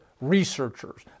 researchers